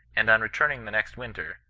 and on returning the next winter,